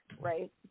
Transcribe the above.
right